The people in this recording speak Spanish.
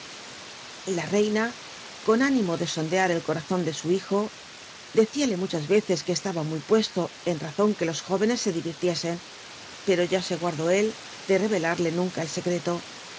la reina con ánimo de sondear el corazon de su hijo lecíale muchas veces que estaba muy puesto eu razon quulos jórencs se divirtiesen pero ya se guardó él de rerelarle nunca el secreto